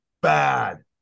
bad